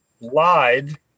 lied